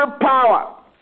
power